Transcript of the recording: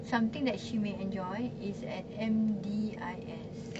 something that she may enjoy is at M_D_I_S